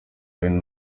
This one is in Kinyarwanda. bene